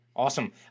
Awesome